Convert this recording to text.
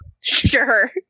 Sure